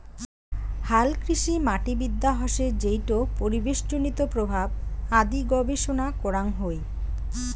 হালকৃষিমাটিবিদ্যা হসে যেইটো পরিবেশজনিত প্রভাব আদি গবেষণা করাং হই